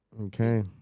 Okay